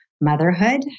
motherhood